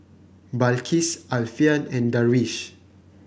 Balqis Alfian and Darwish